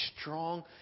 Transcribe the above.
strong